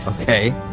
Okay